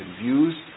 views